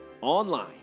online